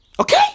Okay